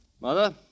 Mother